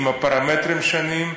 עם פרמטרים שונים,